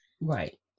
right